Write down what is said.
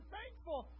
thankful